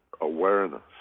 awareness